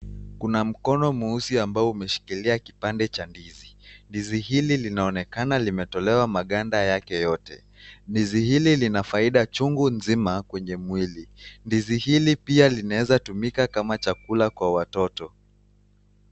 Kuna mkono mweusi ambao umeshikilia kipande cha ndizi. Ndizi hili linaonekana limetolewa maganda yake yote. Ndizi hili lina faida chungu nzima kwenye mwili. Ndizi hili pia linaeza tumika kama chakula kwa watoto.